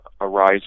arise